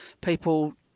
people